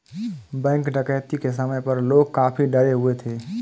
bank डकैती के समय पर लोग काफी डरे हुए थे